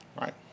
right